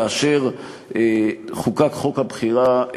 כאשר חוקק חוק הבחירה,